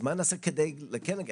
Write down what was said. אז מה נעשה שכן נגיע?